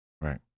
right